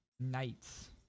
...knights